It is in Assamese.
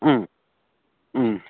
ও ও